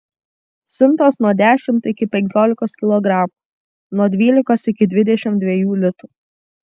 siuntos nuo dešimt iki penkiolikos kilogramų nuo dvylikos iki dvidešimt dviejų litų